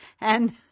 And-